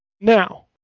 Now